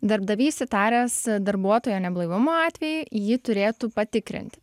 darbdavys įtaręs darbuotojo neblaivumo atvejį jį turėtų patikrinti